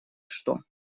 что